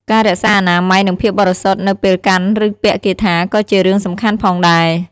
ការរក្សាអនាម័យនិងភាពបរិសុទ្ធនៅពេលកាន់ឬពាក់គាថាក៏ជារឿងសំខាន់ផងដែរ។